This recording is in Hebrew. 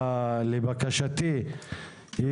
לבקשתי,